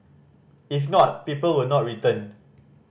if not people will not return